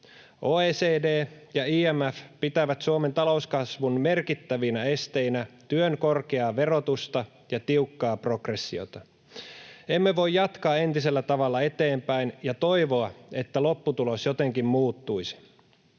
OECD ja IMF pitävät Suomen talouskasvun merkittävinä esteinä työn korkeaa verotusta ja tiukkaa progressiota. Emme voi jatkaa entisellä tavalla eteenpäin ja toivoa, että lopputulos jotenkin muuttuisi.